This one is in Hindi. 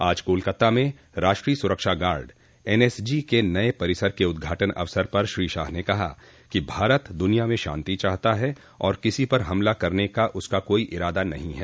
आज कोलकाता में राष्ट्रीय सरक्षा गार्ड एनएसजी के नए परिसर के उद्घाटन अवसर पर श्री शाह ने कहा कि भारत दुनिया में शांति चाहता है और किसी पर हमला करने का उसका कोई इरादा नहीं है